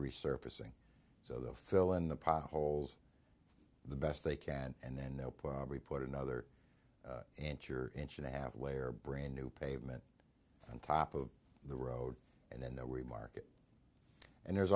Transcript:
resurfacing so the fill in the potholes the best they can and then they'll probably put another inch or inch and a half away or brand new pavement on top of the road and then that we market and there's